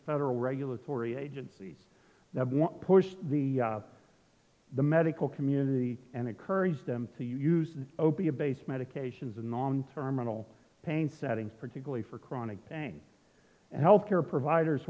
federal regulatory agencies that pushed the the medical community and encouraged them to use opiate based medications and non terminal pain settings particularly for chronic pain health care providers